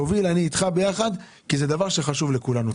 תוביל ואני אהיה איתך, כי זה דבר שחשוב לכולנו.